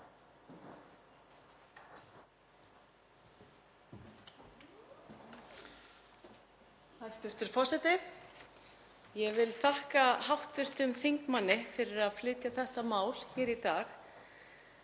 Hæstv. forseti. Ég vil þakka hv. þingmanni fyrir að flytja þetta mál hér í dag